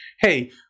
hey